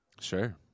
sure